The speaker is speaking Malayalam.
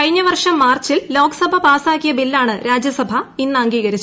കഴിഞ്ഞ വർഷം മാർച്ചിൽ ലോകസഭാ പാസാക്കിയ ബില്ലാണ് രാജ്യസഭാ ഇന്ന് അംഗീകരിച്ചത്